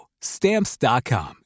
Stamps.com